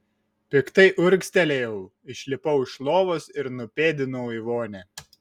piktai urgztelėjau išlipau iš lovos ir nupėdinau į vonią